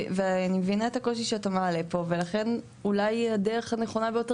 אני מבינה את הקושי שאתה מעלה פה ולכן אולי הדרך הנכונה ביותר